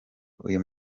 uyu